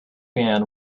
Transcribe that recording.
man